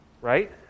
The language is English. right